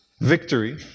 victory